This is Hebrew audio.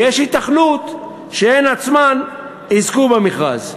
ויש היתכנות שהן עצמן יזכו במכרז,